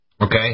okay